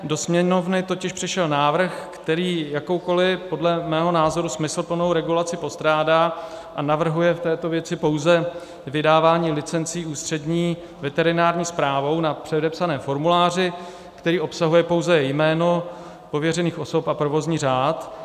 Do Sněmovny totiž přišel návrh, který jakoukoli podle mého názoru smysluplnou regulaci postrádá a navrhuje v této věci pouze vydávání licencí Ústřední veterinární správnou na předepsaném formuláři, který obsahuje pouze jméno pověřených osob a provozní řád.